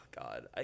God